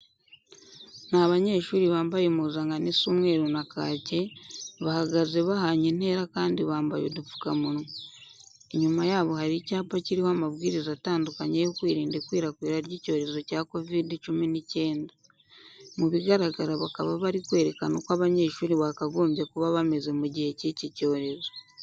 Ni abanyeshuri bambaye impuzankano isa umweru na kake, bahagaze bahanye intera kandi bambaye udupfukamunwa. Inyuma yabo hari icyapa kiriho amabwiriza atandukanye yo kwirinda ikwirakwira ry'icyorezo cya kovide cumi n'icyenda. Mu bigaragara bakaba bari kwerekana uko abanyeshuri bakagombye kuba bameze mu gihe cy'iki cyorezo.